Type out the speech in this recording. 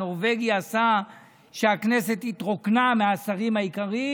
הנורבגי עשה שהכנסת התרוקנה מהשרים העיקריים.